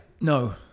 No